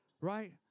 Right